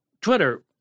Twitter